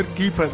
ah keep